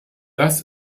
das